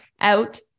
out